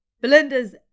belinda's